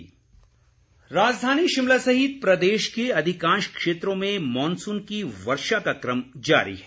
मौसम राजधानी शिमला सहित प्रदेश के अधिकांश क्षेत्रों में मॉनसून की वर्षा का क्रम जारी है